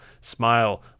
Smile